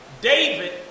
David